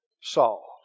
Saul